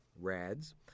RADs